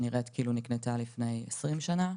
שנראית כאילו נקנתה לפני 20 שנה,